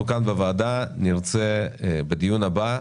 אנחנו כאן בוועדה נרצה בדיון הבא,